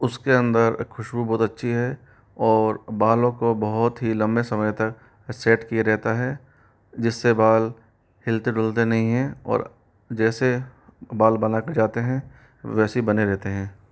उसके अंदर खुशबू बहुत अच्छी है और बालों को बहुत ही लंबे समय तक सेट किए रहता है जिससे बाल हिलते डुलते नहीं है और जैसे बाल बनाकर जाते हैं वैसे ही बने रहते हैं